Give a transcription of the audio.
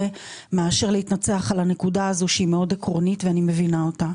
מאשר להתנצח על הנקודה הזו שהיא מאוד עקרונית ואני מבינה אותה.